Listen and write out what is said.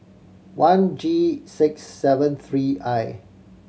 one G six seven three I